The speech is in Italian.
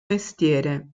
mestiere